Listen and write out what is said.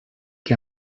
que